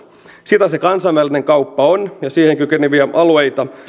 sitä se kansainvälinen kauppa on ja siihen kykeneviä alueita